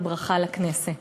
היא ברכה לכנסת.